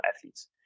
athletes